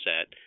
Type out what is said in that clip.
set